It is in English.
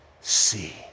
see